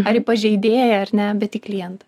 ar į pažeidėją ar ne bet į klientą